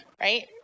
Right